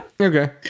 okay